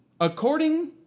according